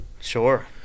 Sure